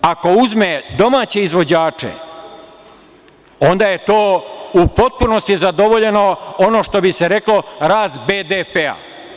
Ako uzme domaće izvođače, onda je to u potpunosti zadovoljeno, ono što bi se reklo, rast BDP.